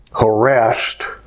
harassed